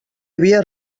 havia